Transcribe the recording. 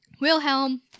Wilhelm